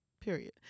period